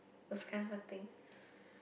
those kind of a thing